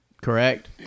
correct